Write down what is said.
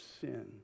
sin